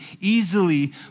easily